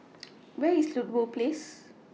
Where IS Ludlow Place